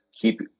keep